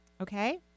Okay